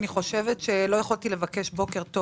אני חושבת שלא יכולתי לבקש בוקר טוב